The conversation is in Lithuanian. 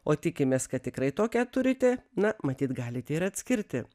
o tikimės kad tikrai tokią turite na matyt galite ir atskirti